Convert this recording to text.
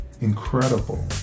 incredible